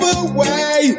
away